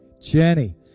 Jenny